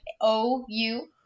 O-U-